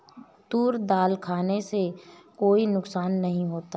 तूर दाल खाने से कोई नुकसान नहीं होता